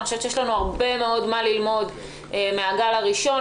יש לנו הרבה מאוד מה ללמוד מן הגל הראשון.